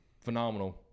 Phenomenal